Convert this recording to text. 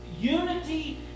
unity